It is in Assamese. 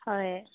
হয়